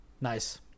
nice